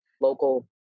local